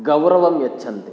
गौरवं यच्छन्ति